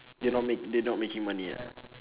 they not make they not making money ah